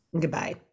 goodbye